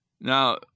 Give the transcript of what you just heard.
Now